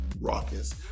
raucous